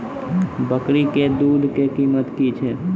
बकरी के दूध के कीमत की छै?